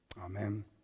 Amen